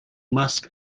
must